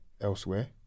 elsewhere